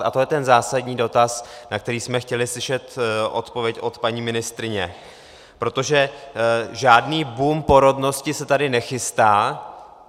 A to je ten zásadní dotaz, na který jsme chtěli slyšet odpověď od paní ministryně, protože žádný boom porodnosti se tady nechystá.